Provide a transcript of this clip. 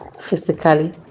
physically